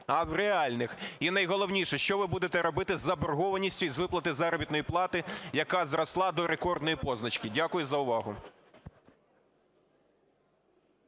а в реальних? І найголовніше. Що ви будете робити з заборгованістю з виплати заробітної плати, яка зросла до рекордної позначки? Дякую за увагу.